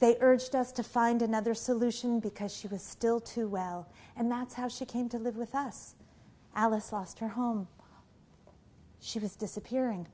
they urged us to find another solution because she was still too well and that's how she came to live with us alice lost her home she was disappearing